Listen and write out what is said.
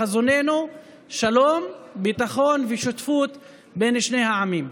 חזוננו שלום, ביטחון ושותפות בין שני העמים.